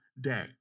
day